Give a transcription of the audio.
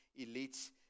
elites